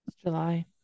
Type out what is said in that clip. July